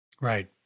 Right